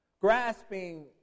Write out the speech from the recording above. Grasping